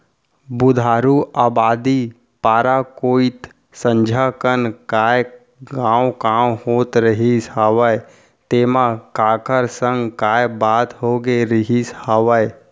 बुधारू अबादी पारा कोइत संझा कन काय कॉंव कॉंव होत रहिस हवय तेंमा काखर संग काय बात होगे रिहिस हवय?